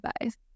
advice